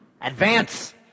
Advance